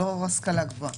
לא השכלה גבוהה,